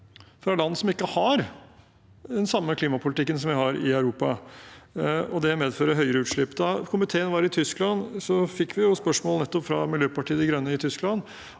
fra land som ikke har den samme klimapolitikken som vi har i Europa. Det medfører høyere utslipp. Da komiteen var i Tyskland, fikk vi spørsmål fra nettopp det tyske